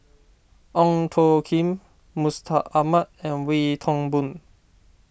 Ong Tjoe Kim Mustaq Ahmad and Wee Toon Boon